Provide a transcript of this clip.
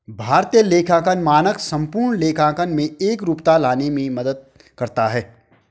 भारतीय लेखांकन मानक संपूर्ण लेखांकन में एकरूपता लाने में मदद करता है